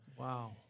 Wow